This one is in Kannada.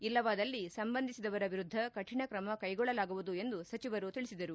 ಇಲ್ಲವಾದಲ್ಲಿ ಸಂಬಂಧಿಸಿದವರ ವಿರುದ್ದ ಕಠಣ ಕ್ರಮ ಕೈಗೊಳ್ಳಲಾಗುವುದು ಎಂದು ಸಚಿವರು ತಿಳಿಸಿದರು